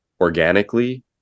organically